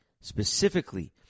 specifically